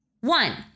one